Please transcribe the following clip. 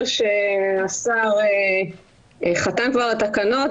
מיוחד כשהם מגיעים לכנסים שהרשות מארגנת,